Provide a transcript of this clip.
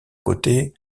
côté